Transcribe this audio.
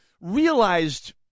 realized